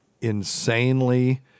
insanely